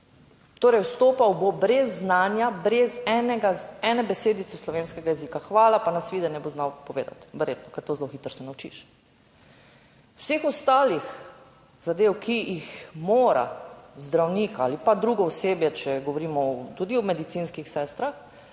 Torej, vstopal bo brez znanja, brez ene besedice slovenskega jezika. Hvala pa nasvidenje bo znal povedati verjetno, ker to zelo hitro se naučiš. Vseh ostalih zadev, ki jih mora zdravnik ali pa drugo osebje, če govorimo tudi o medicinskih sestrah,